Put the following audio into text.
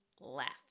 left